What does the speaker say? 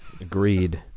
Agreed